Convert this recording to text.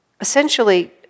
essentially